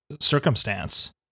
circumstance